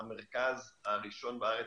המרכז הראשון בארץ,